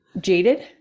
jaded